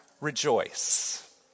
rejoice